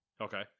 Okay